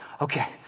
okay